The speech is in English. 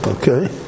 Okay